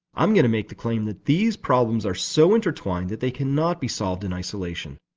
i am going to make the claim that these problems are so intertwined that they cannot be solved in isolation.